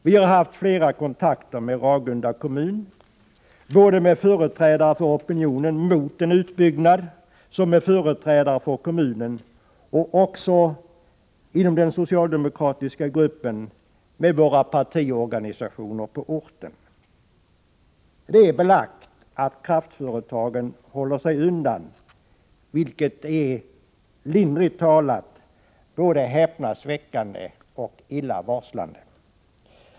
Vi har haft flera kontakter med Ragunda kommun, både med företrädare för opinionen mot en utbyggnad och med företrädare för kommunen. Vi har inom den socialdemokratiska gruppen även varit i kontakt med våra partiorganisationer på orten. Det är belagt att kraftföretagen håller sig undan, vilket är — lindrigt talat — både häpnadsväckande och illavarslande.